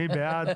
מי בעד?